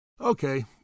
Okay